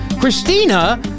Christina